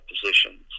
positions